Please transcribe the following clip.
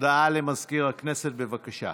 הודעה למזכיר הכנסת, בבקשה.